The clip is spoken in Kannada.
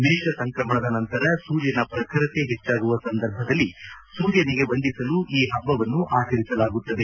ಮೇಷ ಸಂಕ್ರಮಣದ ನಂತರ ಸೂರ್ಯನ ಪ್ರಖರತೆ ಹೆಚ್ಚಾಗುವ ಸಂದರ್ಭದಲ್ಲಿ ಸೂರ್ಯನಿಗೆ ವಂದಿಸಲು ಈ ಹಬ್ಬವನ್ನು ಆಚರಿಸಲಾಗುತ್ತದೆ